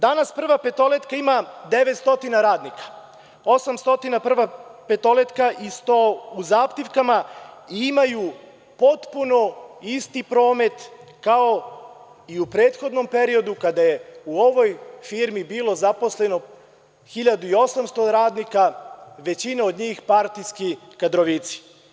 Danas „Prva petoletka“ ima 900 radnika, 800 „Prva petoletka“ i 100 u zaptivkama, i imaju potpuno isti promet kao i u prethodnom periodu kada je u ovoj firmi bilo zaposleno 1.800 radnika, većina od njih partijski kadrovici.